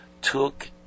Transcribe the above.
took